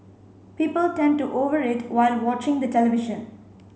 people tend to over eat while watching the television